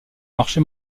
marché